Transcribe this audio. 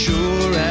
Sure